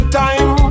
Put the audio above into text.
time